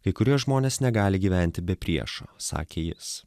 kai kurie žmonės negali gyventi be priešo sakė jis